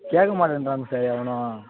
கேட்க மாட்டேன்றானுங்க சார் எவனும்